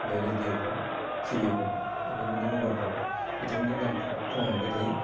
बे रेडिय'फ्राव टिभिफ्राव आरो नैबे मबाइलफ्राव बिथांमोननि गानखौ खोनानो मोनबाय थायो